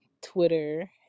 Twitter